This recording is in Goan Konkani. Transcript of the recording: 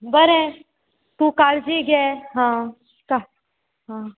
बरें तूं काळजी घे हां का हां